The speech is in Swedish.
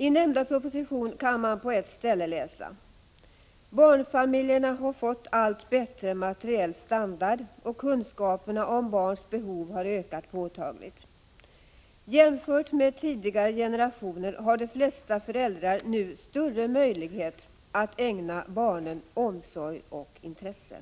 I nämnda proposition kan man på ett ställe läsa: ”Barnfamiljerna har fått — Prot. 1985/86:43 allt bättre materiell standard och kunskaperna om barns behov har ökat 4 december 1985 påtagligt. Jämfört med tidigare generationer har de flesta föräldrar nu större möjligheter att ägna barnen omsorg och intresse.”